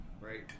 right